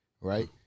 right